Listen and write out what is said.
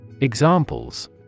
Examples